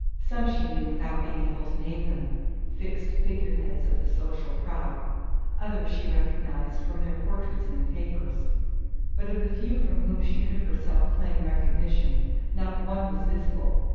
some she knew without being able to name them fixed figure-heads of the social prow others she recognized from their portraits in the papers but of the few from whom she could herself claim recognition not one was visible,